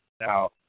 Now